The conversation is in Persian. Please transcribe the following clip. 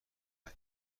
کنم